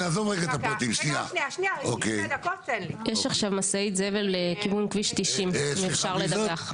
יש עכשיו משאית זבל לכיוון כביש 90 אם אפשר לדווח.